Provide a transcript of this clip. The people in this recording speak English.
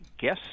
guess